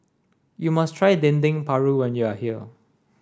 you must try Dendeng Paru when you are here